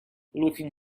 looking